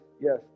yes